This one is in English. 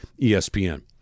ESPN